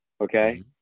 Okay